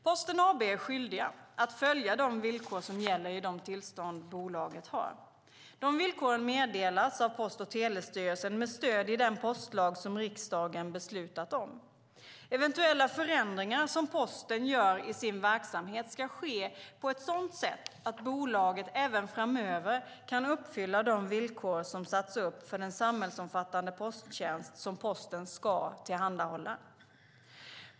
Posten AB är skyldigt att följa de villkor som gäller i de tillstånd bolaget har. De villkoren meddelas av Post och telestyrelsen med stöd i den postlag som riksdagen beslutat om. Eventuella förändringar som Posten gör i sin verksamhet ska ske på ett sådant sätt att bolaget även framöver kan uppfylla de villkor som satts upp för den samhällsomfattande posttjänst som Posten ska tillhandahålla.